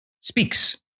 speaks